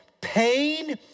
pain